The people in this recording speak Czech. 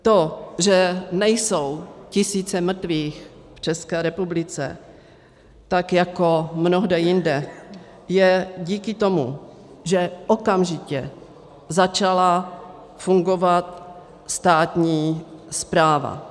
To, že nejsou tisíce mrtvých v České republice tak jako mnohde jinde, je díky tomu, že okamžitě začala fungovat státní správa.